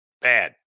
Bad